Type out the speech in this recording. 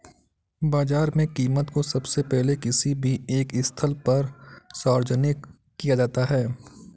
बाजार में कीमत को सबसे पहले किसी भी एक स्थल पर सार्वजनिक किया जाता है